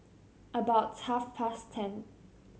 about half past ten